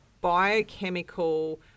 biochemical